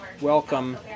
welcome